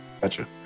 Gotcha